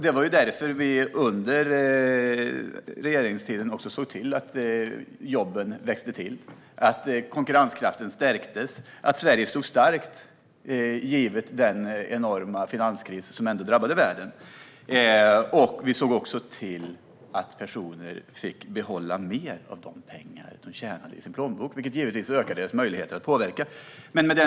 Det var också därför vi under regeringstiden såg till att jobben växte, att konkurrenskraften stärktes och att Sverige stod starkt i den enorma finanskris som drabbade världen. Vi såg också till att personer fick behålla mer av de pengar de tjänade, vilket givetvis ökar deras möjligheter att påverka.